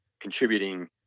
contributing